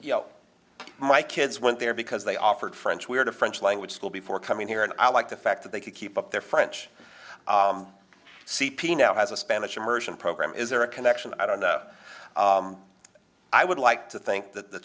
know my kids went there because they offered french we had a french language school before coming here and i like the fact that they could keep up their french c p now has a spanish immersion program is there a connection i don't know i would like to think that the